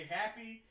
happy